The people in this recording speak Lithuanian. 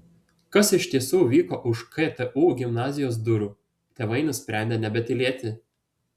kas iš tiesų vyko už ktu gimnazijos durų tėvai nusprendė nebetylėti